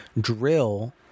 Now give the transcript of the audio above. drill